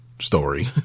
story